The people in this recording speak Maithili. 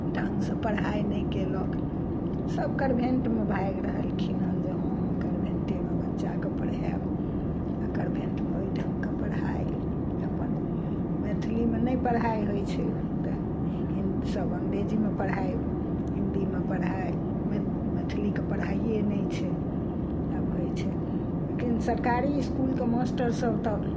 ढंग से पढ़ाइ नहि केलक सब कनभेंटमे भागि रहलखिन हन जे हँ हम कनभेंटेमे बच्चाके पढ़ायब आ कनभेंटमे ओहि ढंगके पढ़ाइ अपन मैथिलीमे नहि पढ़ाइ होइ छै तऽ हीं सब अंग्रेजीमे पढ़ाइ हिंदीमे पढ़ाइ मैथिलीके पढ़ाइए नहि छै अब होइ छै लेकिन सरकारी इसकूलके मास्टर सब तऽ